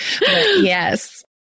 Yes